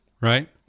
right